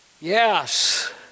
Yes